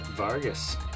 Vargas